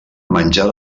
menjar